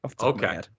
Okay